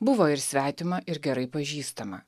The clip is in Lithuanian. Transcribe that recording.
buvo ir svetima ir gerai pažįstama